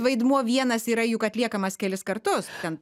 vaidmuo vienas yra juk atliekamas kelis kartus ten